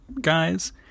guys